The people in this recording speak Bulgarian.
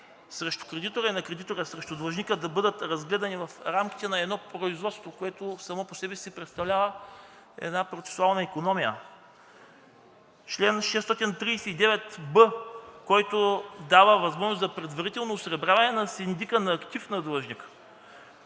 срещу кредитора и на кредитора срещу длъжника, да бъдат разгледани в рамките на едно производство, което само по себе си представлява процесуална икономия; чл. 639б, който дава възможност за предварително осребряване на синдика на актив на длъжника.